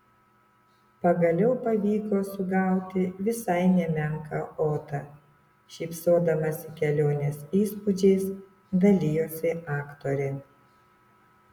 pagaliau pavyko sugauti visai nemenką otą šypsodamasi kelionės įspūdžiais dalijosi aktorė